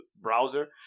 browser